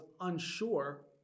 unsure